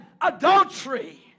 adultery